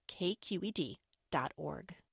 kqed.org